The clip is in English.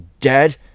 dead